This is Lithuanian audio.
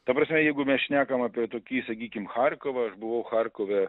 ta prasme jeigu mes šnekam apie tokį sakykim charkovą aš buvau charkove